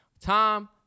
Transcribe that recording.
Tom